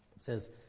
says